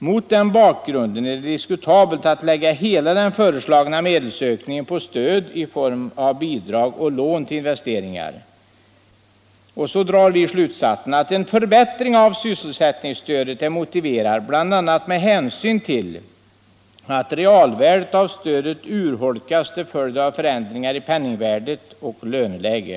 Mot den bakgrunden är det diskutabelt att lägga hela den föreslagna medelsökningen på stöd i form av bidrag och lån till investeringar. En förbättring av sysselsättningsstödet är motiverad bl.a. med hänsyn till att realvärdet av stödet urholkats till följd av förändringar i penningvärde och löneläge.